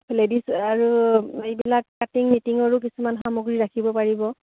ladies আৰু এইবিলাক cutting নিটিঙৰো কিছুমান সামগ্ৰী ৰাখিব পাৰিব